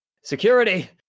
Security